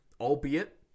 albeit